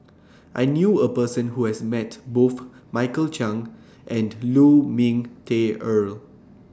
I knew A Person Who has Met Both Michael Chiang and Lu Ming Teh Earl